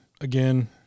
Again